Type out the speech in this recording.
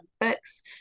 books